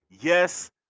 Yes